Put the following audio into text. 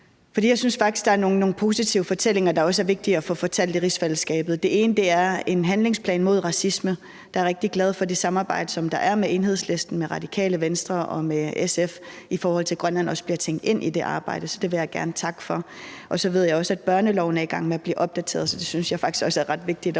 der er nogle positive fortællinger, der også er vigtige at få fortalt, i rigsfællesskabet. Den ene er det med en handlingsplan mod racisme. Der er jeg rigtig glad for det samarbejde, der er med Enhedslisten, Radikale Venstre og SF, i forhold til at Grønland også bliver tænkt ind i det arbejde, så det vil jeg gerne takke for. Og så ved jeg også, at børneloven er i gang med at blive opdateret, så det synes jeg faktisk også er ret vigtigt at få